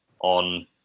on